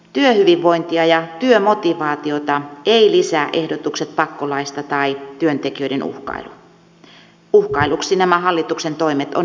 työhyvinvointia ja työmotivaatiota eivät lisää ehdotukset pakkolaista tai työntekijöiden uhkailu uhkailuksi nämä hallituksen toimet on nimittäin koettu